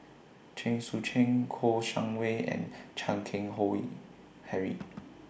Chen Sucheng Kouo Shang Wei and Chan Keng Howe Harry